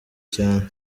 cyane